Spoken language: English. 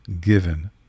given